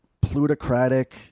plutocratic